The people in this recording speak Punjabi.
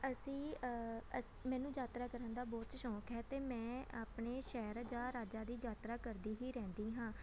ਅਸੀਂ ਅਸ ਮੈਨੂੰ ਯਾਤਰਾ ਕਰਨ ਦਾ ਬਹੁਤ ਸ਼ੌਂਕ ਹੈ ਅਤੇ ਮੈਂ ਆਪਣੇ ਸ਼ਹਿਰ ਜਾਂ ਰਾਜਾਂ ਦੀ ਯਾਤਰਾ ਕਰਦੀ ਹੀ ਰਹਿੰਦੀ ਹਾਂ